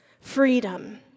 Freedom